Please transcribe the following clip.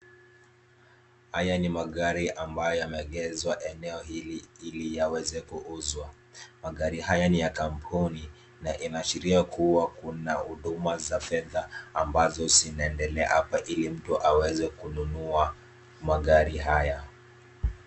Haya ni magari ambayo yameegezwa eneo hili ili yaweze kuuzwa. Magari haya ni ya kampuni na inaashiria kuwa kuna huduma za fedha ambazo zinaendelea hapa ili mtu aweze kununua magari haya.